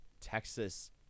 texas